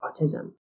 autism